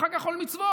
אחר כך עול מצוות.